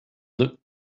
looked